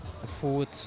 food